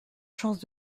chance